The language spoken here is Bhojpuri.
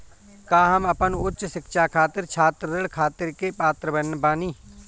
का हम अपन उच्च शिक्षा खातिर छात्र ऋण खातिर के पात्र बानी?